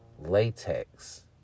latex